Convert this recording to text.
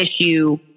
issue